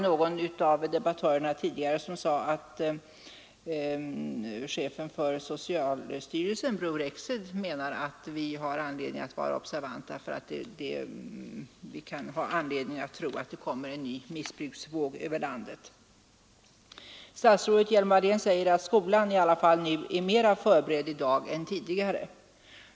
Någon av debattörerna framhöll också att chefen för socialstyrelsen Bror Rexed menar att vi har anledning att vara observanta, eftersom det finns skäl att anta att det kommer en ny missbruksvåg över landet. Statsrådet Hjelm-Wallén säger att skolan nu i alla fall är mera beredd än tidigare att möta dessa problem.